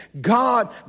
God